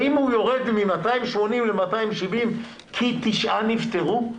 האם הוא יורד מ-280 ל-270 כי תשעה נפטרו?